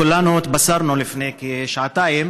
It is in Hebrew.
כולנו התבשרנו לפני כשעתיים